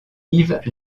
yves